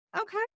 Okay